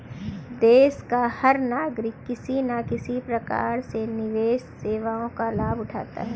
देश का हर नागरिक किसी न किसी प्रकार से निवेश सेवाओं का लाभ उठाता है